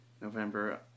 November